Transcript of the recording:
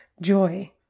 joy